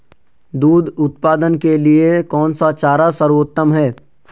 दूध उत्पादन के लिए कौन सा चारा सर्वोत्तम है?